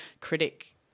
critic